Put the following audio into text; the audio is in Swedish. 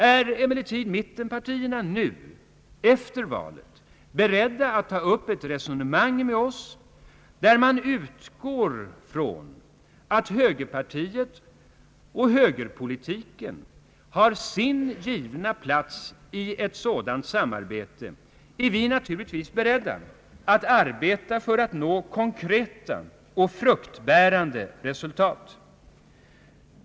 Är emellertid mittenpartierna nu, efter valet, beredda att ta upp ett resonemang med oss, där man utgår ifrån att högerpartiet och högerpolitiken har sin givna plats i ett sådant samarbete, är vi naturligtvis beredda att arbeta för att nå konkreta och fruktbärande resultat.